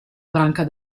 branca